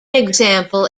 example